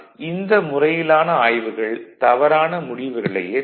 ஆனால் இந்த முறையிலான ஆய்வுகள் தவறான முடிவுகளையே தரும்